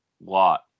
lot